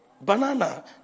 banana